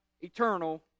eternal